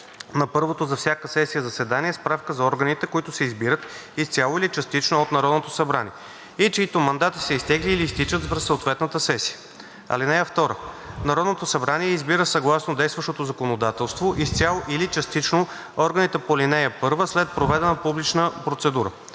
на първото за всяка сесия заседание справка за органите, които се избират изцяло или частично от Народното събрание и чиито мандати са изтекли или изтичат през съответната сесия. (2) Народното събрание избира, съгласно действащото законодателство, изцяло или частично органите по ал. 1 след проведена публична процедура.